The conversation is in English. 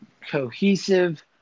cohesive